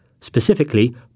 Specifically